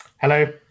Hello